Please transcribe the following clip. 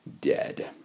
dead